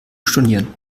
stornieren